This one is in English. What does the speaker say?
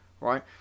right